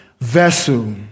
vessel